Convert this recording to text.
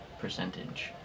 percentage